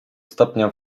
stopnia